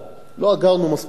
לא אגרנו מספיק קולות.